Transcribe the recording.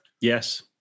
Yes